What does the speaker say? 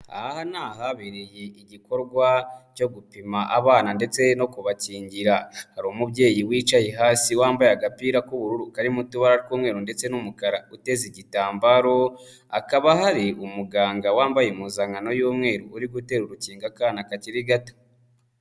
Aha ni ahabereye igikorwa cyo gupima abana ndetse no kubakingira, hari umubyeyi wicaye hasi wambaye agapira k'ubururu karimo utubara tw'umweru ndetse n'umukara uteze igitambaro, hakaba hari umuganga wambaye impuzankano y'umweru uri gutera urukingo akana kakiri gato.